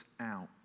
out